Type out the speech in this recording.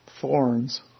thorns